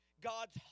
God's